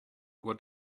what